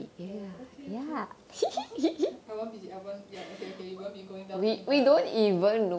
oh okay okay I won't visit I won't ya okay okay we won't be going down to eat mala